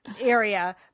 area